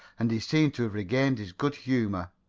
and he seemed to have regained his good humor.